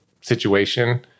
situation